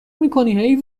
میکنی